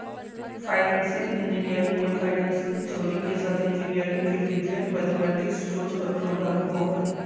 financial engineering में financial theory के साथ इंजीनियरिंग के विधियन, मैथेमैटिक्स टूल्स और प्रोग्रामिंग होबा हई